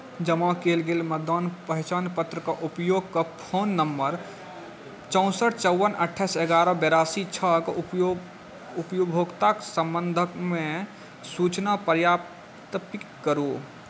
जमा कयल गेल मतदान पहचान पत्रके उपयोग कऽ फोन नम्बर नम्बर चौँसठि चौवन अठाइस एगारह बेरासी छओके उपयोग उपभोक्ताके सम्बन्धमे सूचना सत्यापित करू